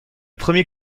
premier